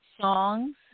songs